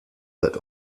that